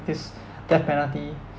practice death penalty